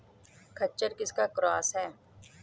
खच्चर किसका क्रास है?